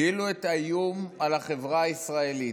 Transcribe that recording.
כאילו אין את האיום על החברה הישראלית,